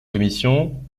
commission